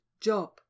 job